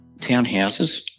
townhouses